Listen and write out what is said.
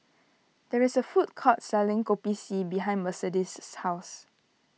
there is a food court selling Kopi C behind Mercedes' house